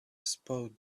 spoke